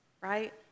right